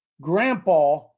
grandpa